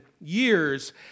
years